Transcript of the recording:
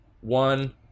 one